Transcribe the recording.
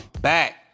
back